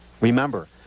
Remember